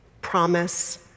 promise